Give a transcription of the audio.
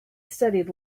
studied